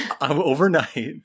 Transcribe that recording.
overnight